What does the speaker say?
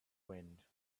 wind